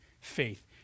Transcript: faith